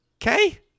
Okay